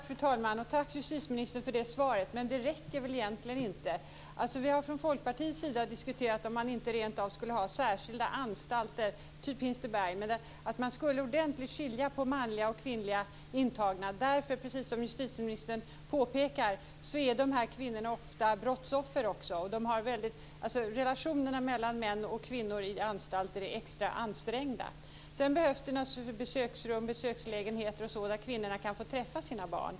Fru talman! Tack, justitieministern, för det svaret. Men det räcker väl egentligen inte. Vi har från Folkpartiets sida diskuterat om man inte rentav skulle ha särskilda anstalter, typ Hinseberg, där man skilde ordentligt på manliga och kvinnliga intagna. Precis som justitieministern påpekar är dessa kvinnor ofta också brottsoffer. Relationerna mellan män och kvinnor på anstalter är extra ansträngda. Det behövs naturligtvis också besöksrum och besökslägenheter där kvinnorna kan få träffa sina barn.